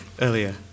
earlier